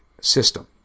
system